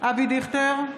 אבי דיכטר,